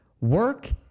Work